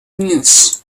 news